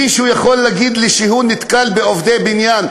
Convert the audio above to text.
מישהו יכול להגיד לי שהוא נתקל בעובדי בניין,